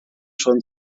schon